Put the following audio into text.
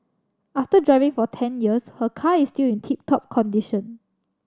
after driving for ten years her car is still in tip top condition